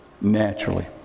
naturally